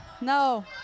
no